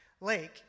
lake